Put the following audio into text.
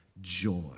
joy